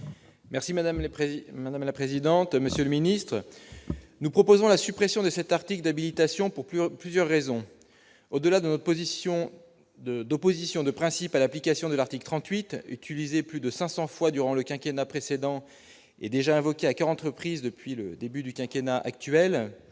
madame la présidente, monsieur le ministre, nous proposons la suppression de cet article d'habilitation pour plus plusieurs raisons au-delà de position d'opposition de principe à l'application de l'article 38 utiliser plus de 500 fois durant le quinquennat précédent et déjà invoqué à 40 reprises depuis le début du quinquennat actuel